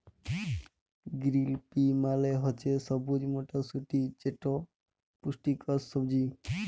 গিরিল পি মালে হছে সবুজ মটরশুঁটি যেট পুষ্টিকর সবজি